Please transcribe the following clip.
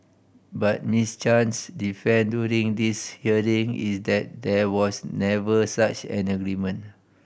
but Miss Chan's defence during this hearing is that there was never such an agreement